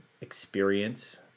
experience